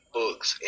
books